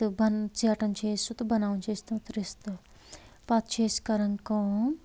تہٕ بَنان ژیٹان چھِ أسۍ سُہ تہٕ بَناوان چھِ أسۍ تَتھ رِستہٕ پَتہٕ چھِ أسۍ کَران کٲم